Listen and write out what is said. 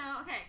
okay